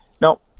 No